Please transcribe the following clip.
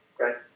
Okay